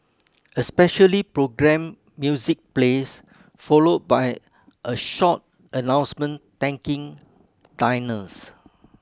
a specially programmed music plays followed by a short announcement thanking diners